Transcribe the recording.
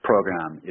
program